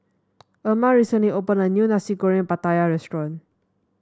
Erma recently opened a new Nasi Goreng Pattaya restaurant